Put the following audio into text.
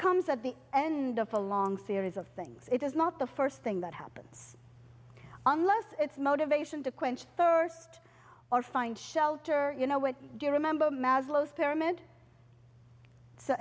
comes at the end of a long series of things it is not the first thing that happens unless it's motivation to quench the thirst or find shelter you know what do you remember